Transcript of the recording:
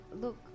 look